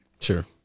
Sure